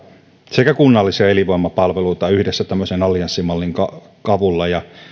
sekä kunnallisia elinvoimapalveluita yhdessä allianssimallin avulla ja